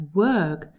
work